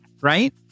right